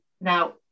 now